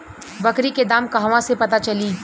बकरी के दाम कहवा से पता चली?